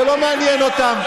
זה לא מעניין אותם.